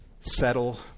settle